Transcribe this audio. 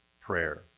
prayer